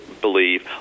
believe